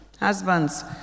Husbands